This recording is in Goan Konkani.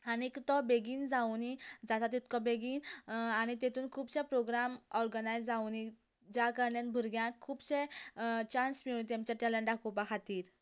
आनीक तो बेगीन जावूनी जाता तितको बेगीन आनी तेतून खूबश्या प्रोग्राम ऑर्गनायज जावूनी ज्या कारणान भुरग्यांक खुबशे चान्स मेळूं तेमचे टॅलंट दाखोवपा खातीर